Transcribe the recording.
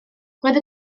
roedd